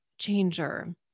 Changer